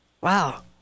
wow